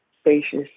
spacious